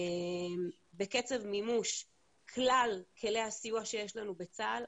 בקצב מימוש כלל כלי הסיוע שיש לנו בצה"ל,